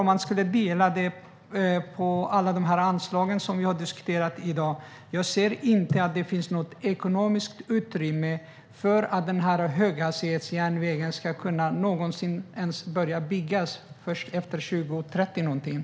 Om man skulle fördela denna summa på alla de anslagsposter som vi har diskuterat i dag ser jag inte att det skulle finnas något ekonomiskt utrymme för att ens börja bygga den här höghastighetsjärnvägen förrän någon gång efter 2030. Är det så?